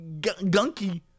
gunky